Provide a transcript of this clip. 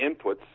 inputs